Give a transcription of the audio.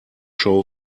show